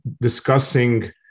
discussing